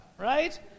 Right